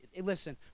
listen